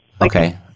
Okay